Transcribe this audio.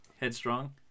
headstrong